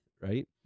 right